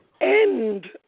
end